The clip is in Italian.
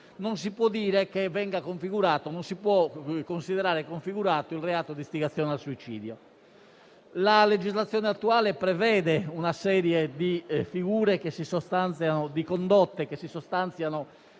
non si può considerare configurato il reato di istigazione al suicidio. La legislazione attuale prevede una serie di condotte che si sostanziano